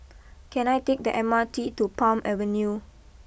can I take the M R T to Palm Avenue